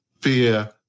fear